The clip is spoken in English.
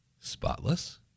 spotless